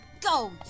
go